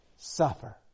Suffer